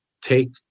take